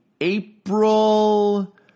April